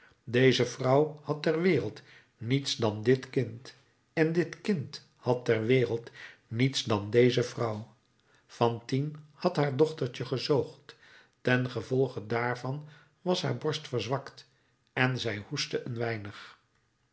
deze vrouw had ter wereld niets dan dit kind en dit kind had ter wereld niets dan deze vrouw fantine had haar dochtertje gezoogd tengevolge daarvan was haar borst verzwakt en zij hoestte een weinig